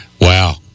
Wow